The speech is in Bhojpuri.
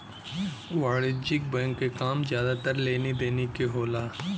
वाणिज्यिक बैंक क काम जादातर लेनी देनी के होला